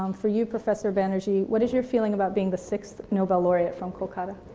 um for you, professor banerjee, what is your feeling about being the sixth nobel laureate from calcutta?